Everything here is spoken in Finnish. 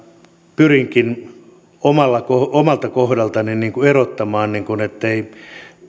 pyrinkin omalta kohdaltani erottamaan ettei